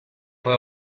fue